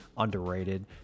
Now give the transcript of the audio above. Underrated